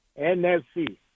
NFC